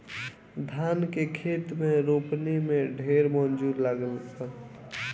धान के खेत में रोपनी में ढेर मजूर लागेलन